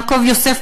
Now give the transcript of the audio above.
יעקב יוסף,